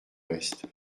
reste